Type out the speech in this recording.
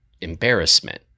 embarrassment